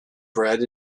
bred